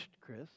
Chris